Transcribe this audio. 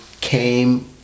came